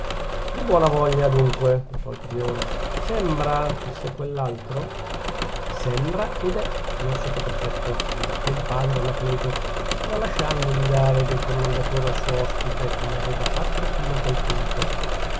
di buona voglia adunque notò il priore sembra disse quell'altro sembra ed è signor sottoprefetto ribattè il padre anacleto tralasciando di dare del commendatore al suo ospite come aveva fatto fino a quel punto